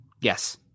Yes